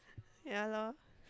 ya lor